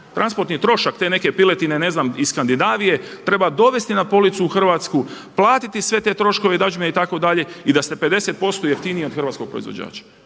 transportni trošak te neke piletine ne znam iz Skandinavije treba dovesti na policu u Hrvatsku, platiti sve te troškove i dadžbine itd. i da ste 50% jeftiniji od hrvatskog proizvođača.